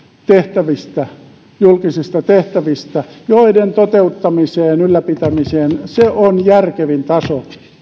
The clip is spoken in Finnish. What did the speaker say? julkisista tehtävistä joiden toteuttamiseen ja ylläpitämiseen se on järkevin taso